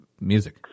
music